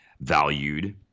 valued